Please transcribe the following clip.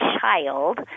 child